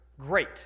Great